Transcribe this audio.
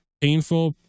painful